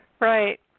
Right